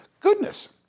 goodness